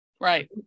Right